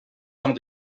dans